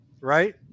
right